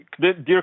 dear